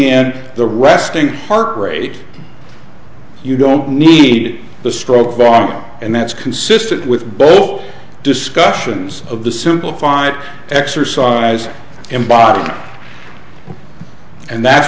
in the resting heart rate you don't need the scroll bar and that's consistent with both discussions of the simplified exercise and body and that's